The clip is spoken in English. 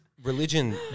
Religion